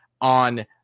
on